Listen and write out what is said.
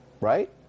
right